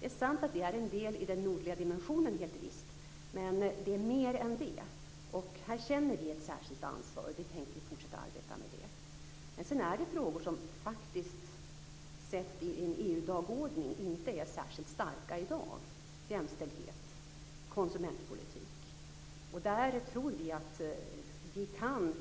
Det är sant att det är en del i den nordliga dimensionen, men det är mer än så. Här känner vi ett särskilt ansvar, och vi tänker fortsätta att arbeta med det. Sedan finns det frågor som faktiskt i en EU dagordning inte är särskilt starka i dag - jämställdhet, konsumentpolitik. Där tror vi att vi kan